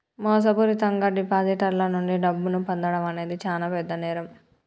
మోసపూరితంగా డిపాజిటర్ల నుండి డబ్బును పొందడం అనేది చానా పెద్ద నేరం